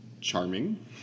Charming